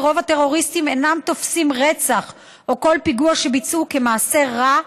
ורוב הטרוריסטים אינם תופסים רצח או כל פיגוע שביצעו כמעשה רע.